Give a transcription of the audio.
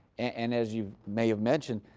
and as you may have mentioned,